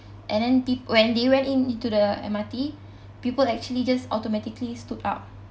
and then peop~ when they went in into the M_R_T people actually just automatically stood up